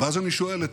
ואז אני שואל את